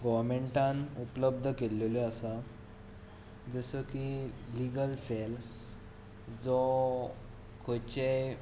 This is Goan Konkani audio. गोवर्नमेंटान उपलब्ध केल्ल्यो आसात जशें की लिगल सॅल जो खंयचेय